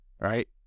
right